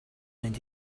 mynd